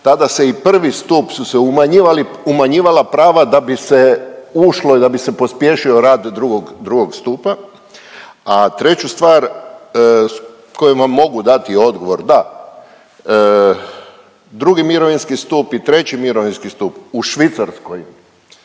su se umanjivali, umanjivala prava da bi se ušlo i da bi se pospješio rad II., II. stupa, a treću stvar koji vam mogu dati odgovor, da II. mirovinski stup i III. mirovinski stup u Švicarskoj,